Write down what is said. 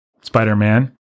Spider-Man